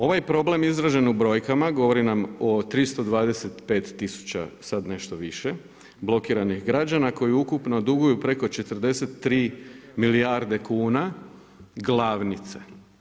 Ovaj problem izražen u brojkama govori nam o 325 000, sad nešto više blokiranih građana koji ukupno duguju preko 43 milijarde kuna glavnice.